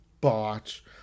botch